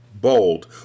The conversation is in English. bold